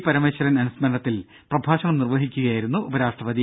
പരമേശ്വരൻ അനുസ്മരണത്തിൽ പ്രഭാഷണം നിർവഹിക്കുകയായിരുന്നു ഉപരാഷ്ട്രപതി